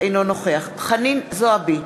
אינו נוכח חנין זועבי,